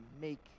make